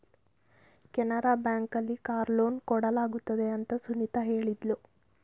Canara bank ಅಲ್ಲಿ car loan ಕೊಡಲಾಗುತ್ತದೆ ಅಂತ ಸುನಿತಾ ಹೇಳಿದ್ಲು